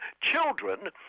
children